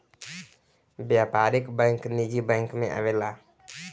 व्यापारिक बैंक निजी बैंक मे आवेला